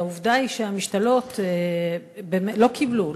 העובדה היא שהמשתלות לא קיבלו,